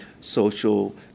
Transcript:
social